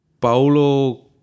paulo